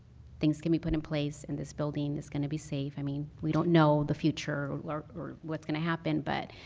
things can be put in place and this building is going to be safe. i mean, we don't know the future or what is going to happen, but